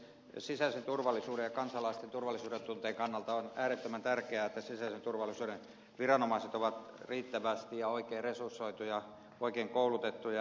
sisäisen turvallisuuden ja kansalaisten turvallisuudentunteen kannalta on äärettömän tärkeää että sisäisen turvallisuuden viranomaiset ovat riittävästi ja oikein resursoituja oikein koulutettuja